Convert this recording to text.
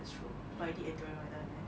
it's true but I did enjoy my time there